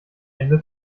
ende